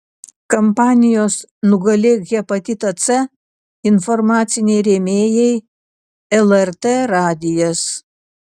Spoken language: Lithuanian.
kampanijos nugalėk hepatitą c informaciniai rėmėjai lrt radijas